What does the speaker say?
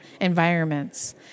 environments